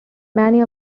many